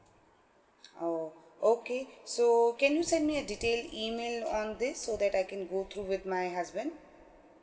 oh okay so can you send me a detailed email on this so that I can go through with my husband